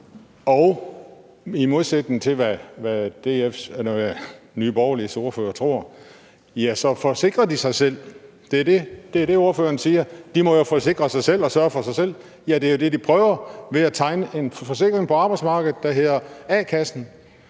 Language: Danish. og i modsætning til hvad Nye Borgerliges ordfører tror, ja, så forsikrer de sig selv. Det er det, ordføreren siger: De må jo forsikre sig selv og sørge for sig selv. Ja, det er jo det, de prøver ved at tegne en forsikring på arbejdsmarkedet, der hedder a-kasse.